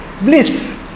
bliss